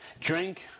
drink